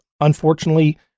unfortunately